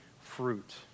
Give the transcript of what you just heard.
fruit